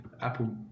Apple